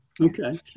okay